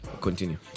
continue